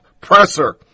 presser